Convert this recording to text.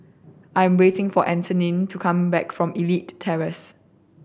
I am waiting for Antione to come back from Elite Terrace